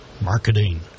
Marketing